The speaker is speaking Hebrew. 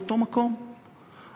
הסטטוס-קוו הוא דינמי.